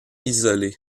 isolée